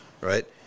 right